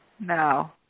No